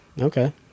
Okay